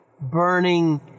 burning